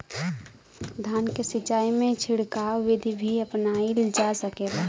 धान के सिचाई में छिड़काव बिधि भी अपनाइल जा सकेला?